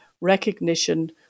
recognition